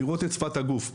לראות את שפת הגוף.